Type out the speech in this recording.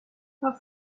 what